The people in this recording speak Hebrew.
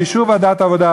באישור ועדת העבודה,